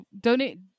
donate